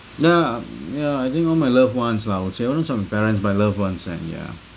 ya um ya I think all my loved ones lah I would say parents but loved ones and yeah